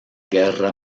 guerra